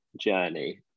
journey